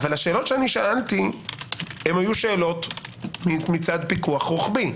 השאלות ששאלתי היו שאלות מצד פיקוח רוחבי.